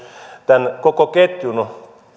tämän koko ketjun